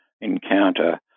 Encounter